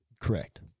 Correct